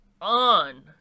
on